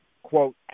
quote